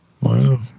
wow